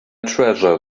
treasure